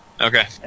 Okay